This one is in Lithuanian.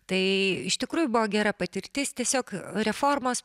tai iš tikrųjų buvo gera patirtis tiesiog reformos